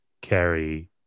carry